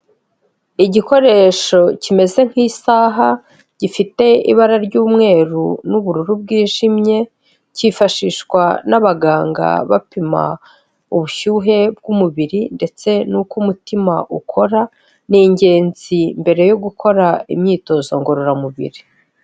Igikoresho kimeze nk'isaha, gifite ibara ry'umweru n'ubururu bwijimye, cyifashishwa n'abaganga bapima ubushyuhe bw'umubiri ndetse n'uko umutima ukora, ni ingenzi mbere yo gukora imyitozo ngororamubiri.